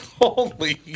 Holy